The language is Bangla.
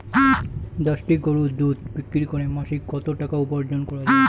দশটি গরুর দুধ বিক্রি করে মাসিক কত টাকা উপার্জন করা য়ায়?